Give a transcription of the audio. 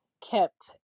kept